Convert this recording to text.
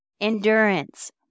endurance